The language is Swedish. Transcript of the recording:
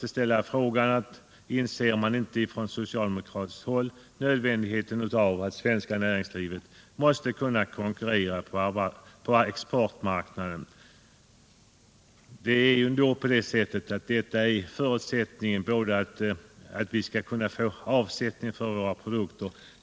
Inser inte socialdemokraterna nödvändigheten av att det svenska näringslivet kan konkurrera på exportmarknaden? En förutsättning för sysselsättningen är ju att vi kan få avsättning för våra produkter.